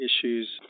issues